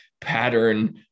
pattern